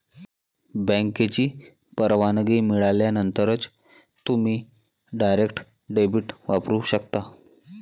बँकेची परवानगी मिळाल्यानंतरच तुम्ही डायरेक्ट डेबिट वापरू शकता